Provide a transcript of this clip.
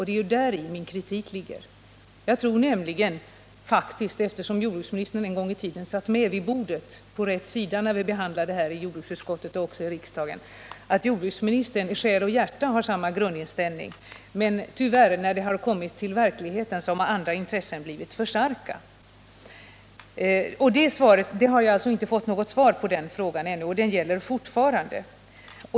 Det är ju däri min kritik ligger. Eftersom jordbruksministern en gång i tiden satt med vid bordet — och på rätt sida — när vi behandlade frågan i jordbruksutskottet och sedan också här i kammaren, tror jag nämligen att jordbruksministern i själ och hjärta har samma grundinställning som jag. Men när det har kommit till verkligheten har tyvärr andra intressen blivit alltför starka. Jag har inte fått något svar på den frågan ännu, varför den alltså kvarstår.